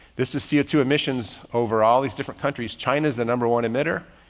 this is see two emissions over all these different countries. china's the number one emitter.